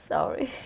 Sorry (